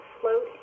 float